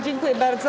Dziękuję bardzo.